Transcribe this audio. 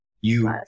You-